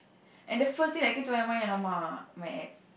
and the first thing that came to my mind !alamak! my ex